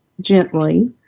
gently